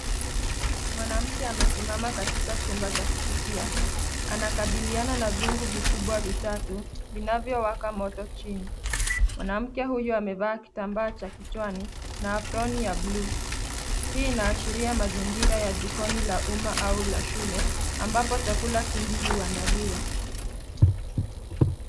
Mwanamke amesimama katika chumba cha kupikia, anakabiliana na vyungu vikubwa vitatu vinavyowaka moto chini. Mwanamke huyo amevaa kitambaa cha kichwani na aproni ya buluu. Hii inaashiria mazingira ya jikoni la umma au la shule ambapo chakula kingi uandaliwa.